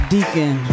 Deacon